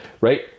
right